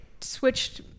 switched